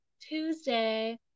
Tuesday